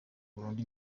burundu